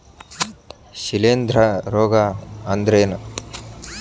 ಶಿಲೇಂಧ್ರ ರೋಗಾ ಅಂದ್ರ ಏನ್?